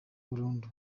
burundu